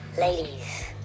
Ladies